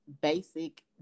basic